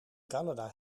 canada